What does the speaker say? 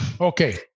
Okay